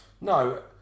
no